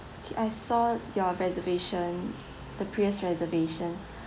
okay I saw your reservation the previous reservation